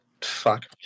fuck